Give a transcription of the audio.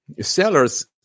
Sellers